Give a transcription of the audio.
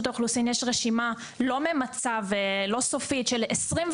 האוכלוסין יש רשימה לא ממצה ולא סופית של 28